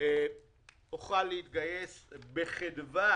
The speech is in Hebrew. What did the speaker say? אוכל להתגייס בחדווה